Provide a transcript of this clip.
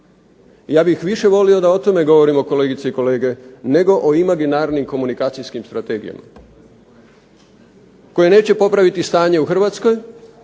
Ja bih više volio da o tome govorim, kolegice i kolege, nego o imaginarnih komunikacijskim strategijama koje neće popraviti stanje u Hrvatskoj,